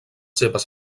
seves